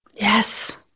Yes